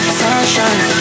sunshine